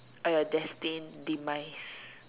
or you destined demise